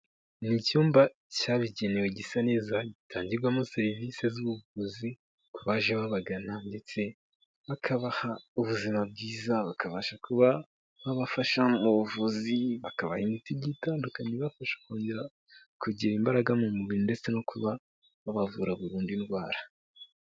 Ni icyumba cyabigenewe gisa neza, gitangirwamo serivisi z'ubuvuzi ku baje babagana ndetse bakabaha ubuzima bwiza, bakabasha kuba babafasha mu buvuzi, bakaba imiti igiye itandukanye ibafasha kongera kugira imbaraga mu mubiri ndetse no kuba babavura burundu indwara.